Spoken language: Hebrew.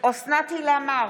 אוסנת הילה מארק,